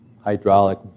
hydraulic